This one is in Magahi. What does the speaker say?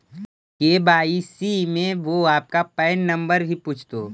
के.वाई.सी में वो आपका पैन नंबर भी पूछतो